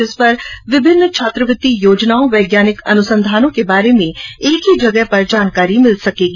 जिस पर विभिन्न छात्रवृत्ति योजनाओं और वैज्ञानिक अनुसंधानों के बारे में एक ही जगह जानकारी मिल सकेगी